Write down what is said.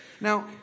Now